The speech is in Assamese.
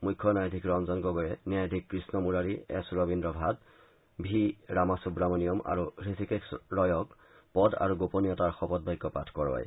মুখ্য ন্যায়াধীশ ৰঞ্জন গগৈয়ে ন্যায়াধীশ কৃষ্ণ মূৰাৰী এছ ৰবিদ্ৰ ভাট ভি ৰামাসুৱামনিয়ম আৰু হৃষিকেশ ৰয়ক পদ আৰু গোপনীয়তাৰ শপত বাক্য পাঠ কৰায়